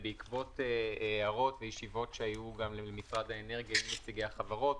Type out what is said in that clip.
בעקבות הערות וישיבות שהיו עם משרד האנרגיה ונציגי החברות,